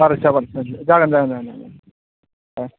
जागोन जागोन जागोन दे